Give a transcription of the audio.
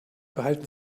behalten